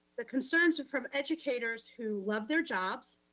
the concerns are from educators who love their jobs.